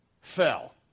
fell